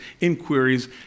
inquiries